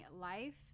life